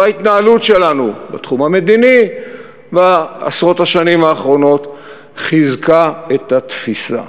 וההתנהלות שלנו בתחום המדיני בעשרות השנים האחרונות חיזקו את התפיסה.